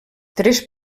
tres